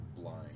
blind